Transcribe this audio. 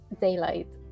Daylight